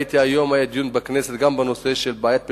ראיתי שהיום היה דיון בכנסת גם בנושא של בעיית הפדופיליה.